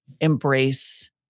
embrace